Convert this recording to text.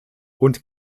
und